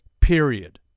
period